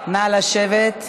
נא לשבת.